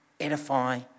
Edify